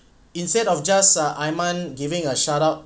instead of just err aiman giving a shout out